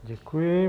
Děkuji.